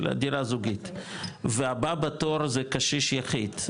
דירה זוגית והבא בתור זה קשיש יחיד,